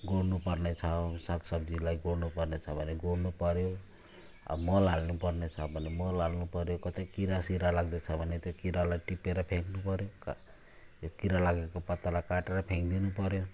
गोड्नु पर्ने छ साग सब्जीलाई गोड्नु पर्ने छ भने गोड्नु पर्यो अब मल हाल्नु पर्ने छ भने मल हाल्नु पर्यो कतै किरा सिरा लाग्दैछ भने त्यो किरालाई टिपेर फ्याँक्नु पर्यो त्यो किरा लागेको पत्तालाई काटेर फ्याँक्दिनु पर्यो